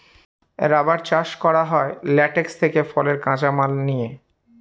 rubber চাষ করা হয় ল্যাটেক্স থেকে ফলের কাঁচা মাল নিয়ে